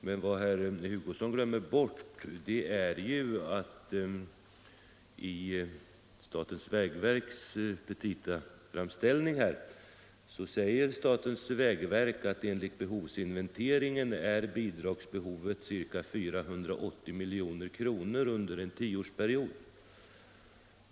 Men vad herr Hugosson glömmer är att statens vägverk i sina petitaframställningar säger att enligt behovsinventeringen är bidragsbehovet ca 480 milj.kr. under en tioårsperiod.